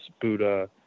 Buddha